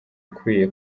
ukwiye